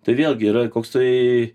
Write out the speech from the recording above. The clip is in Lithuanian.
tai vėlgi yra koksai